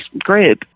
group